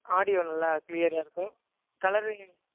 audio நல்லா க்ளியராகருக்கு colouring